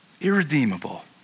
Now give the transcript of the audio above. Irredeemable